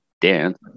dance